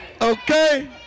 Okay